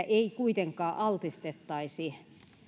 ei kuitenkaan altistettaisi